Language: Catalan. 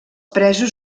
presos